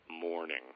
morning